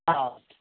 ആ ഓക്കെ